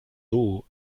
dos